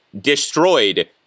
destroyed